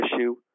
issue